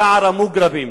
שער-המוגרבים.